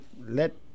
let